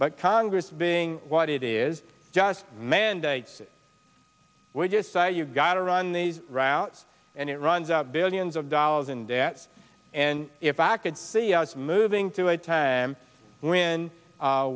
but congress being what it is just mandates when you say you've got to run these routes and it runs out billions of dollars in debt and if back in the us moving to a time when